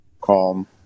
calm